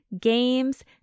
games